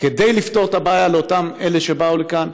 כדי לפתור את הבעיה לאותם אלה שבאו לכאן,